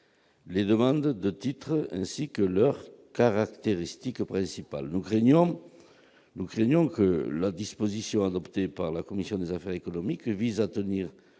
les demandes de titre, ainsi que leurs caractéristiques principales. Nous craignons que la disposition adoptée par la commission des affaires économiques du Sénat,